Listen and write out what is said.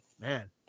man